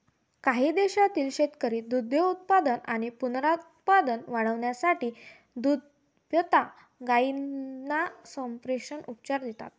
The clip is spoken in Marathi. काही देशांतील शेतकरी दुग्धोत्पादन आणि पुनरुत्पादन वाढवण्यासाठी दुभत्या गायींना संप्रेरक उपचार देतात